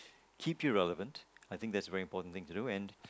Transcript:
keep you relevant I think that's a very important thing to do and